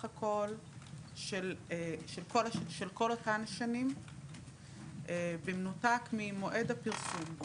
הכול של כל אותן השנים במנותק ממועד הפרסום.